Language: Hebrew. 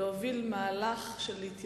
איך הכנסת אמורה לדון על חוק